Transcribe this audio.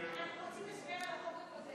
אנחנו רוצים הסבר על החוק הקודם.